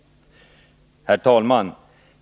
Herr talman!